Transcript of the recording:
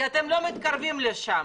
כי אתם לא מתקרבים לשם.